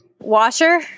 Washer